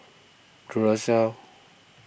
Duracell